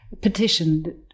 petitioned